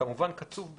כמובן קצוב בזמן,